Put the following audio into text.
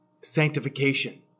sanctification